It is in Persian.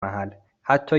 محل، حتی